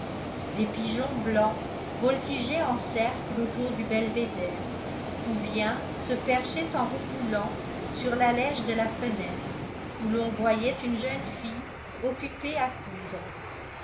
des pigeons blancs voltigeaient en cercles autour du belvédère ou bien se perchaient en roucoulant sur l'allège de la fenêtre où l'on voyait une jeune fille occupée à coudre